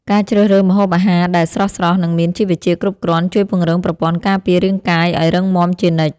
ការជ្រើសរើសម្ហូបអាហារដែលស្រស់ៗ និងមានជីវជាតិគ្រប់គ្រាន់ជួយពង្រឹងប្រព័ន្ធការពាររាងកាយឱ្យរឹងមាំជានិច្ច។